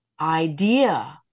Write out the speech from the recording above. idea